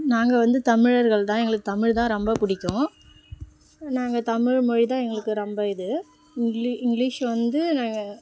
நாங்கள் வந்து தமிழர்கள் தான் எங்களுக்கு தமிழ் தான் ரொம்பப் பிடிக்கும் நாங்கள் தமிழ் மொழி தான் எங்களுக்கு ரொம்ப இது இங்லீ இங்கிலீஷ் வந்து நாங்கள்